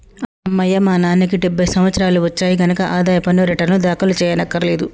అమ్మయ్యా మా నాన్నకి డెబ్భై సంవత్సరాలు వచ్చాయి కనక ఆదాయ పన్ను రేటర్నులు దాఖలు చెయ్యక్కర్లేదులే